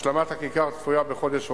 השלמת הכיכר צפויה בחודש אוגוסט,